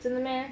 真的 meh